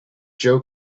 joe